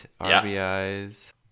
rbis